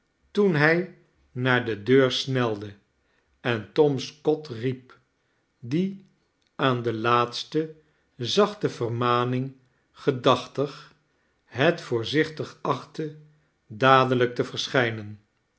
toen hij naar de deur snelde en tom scott riep die aan de laatste zachte vermaning gedachtig het voorzichtig achtte dadelijk te verschijnen